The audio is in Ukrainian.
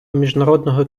міжнародного